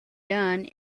done